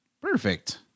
Perfect